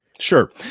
Sure